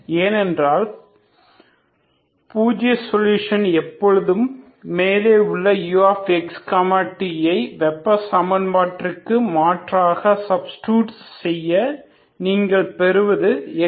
ஏனென்றால் பூஜ்ய சொல்யூஷன் எப்போதும் மேலே உள்ள uxt ஐ வெப்ப சமன்பாட்டிற்கு மாற்றாக சப்ஸ்டிடூட் செய்ய நீங்கள் பெறுவது Xx